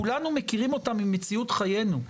כולנו מכירים אותה ממציאות חיינו.